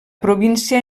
província